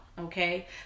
Okay